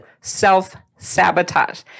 self-sabotage